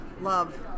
love